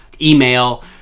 email